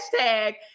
hashtag